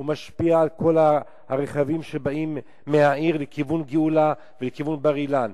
הוא משפיע על כל הרכבים שבאים מהעיר לכיוון גאולה ולכיוון בר-אילן.